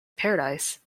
paradise